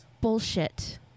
bullshit